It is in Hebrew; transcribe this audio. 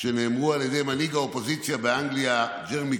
שנאמרו על ידי מנהיג האופוזיציה באנגליה ג'רמי